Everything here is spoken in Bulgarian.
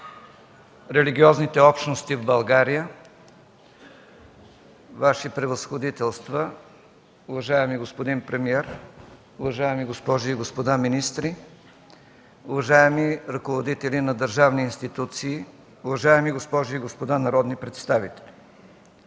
религиозните общности в България, Ваши превъзходителства, уважаеми господин премиер, уважаеми госпожи и господа министри, уважаеми ръководители на държавни институции, уважаеми госпожи и господа народни представители!